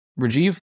Rajiv